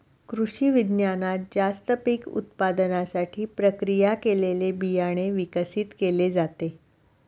कृषिविज्ञानात जास्त पीक उत्पादनासाठी प्रक्रिया केलेले बियाणे विकसित केले जाते